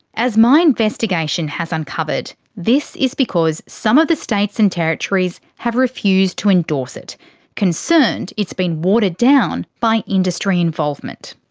as my investigation has uncovered, this is because some of the states and territories have refused to endorse it concerned it's been watered down by industry involvement.